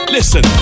Listen